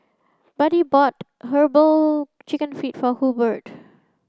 Buddy bought herbal chicken feet for Hurbert